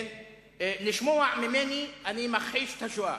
לשמוע ממני: אני מכחיש את השואה.